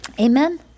Amen